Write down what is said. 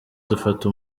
dufata